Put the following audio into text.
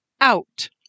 out